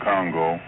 Congo